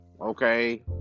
okay